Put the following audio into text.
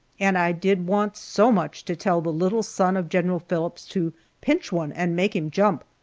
and i did want so much to tell the little son of general phillips to pinch one and make him jump.